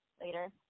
later